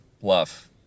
bluff